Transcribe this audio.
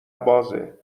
بازه